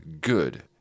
good